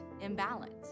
imbalance